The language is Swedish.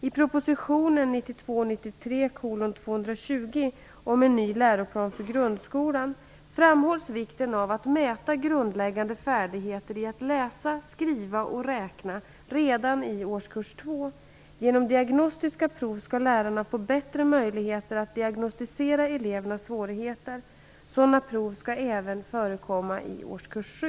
I propositionen 1992/93:220 om en ny läroplan för grundskolan framhålls vikten av att mäta grundläggande färdigheter i att läsa, skriva och räkna redan i årskurs 2. Genom diagnostiska prov skall lärarna få bättre möjligheter att diagnostisera elevernas svårigheter. Sådana prov skall även förekomma i årskurs 7.